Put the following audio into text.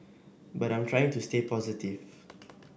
but I am trying to stay positive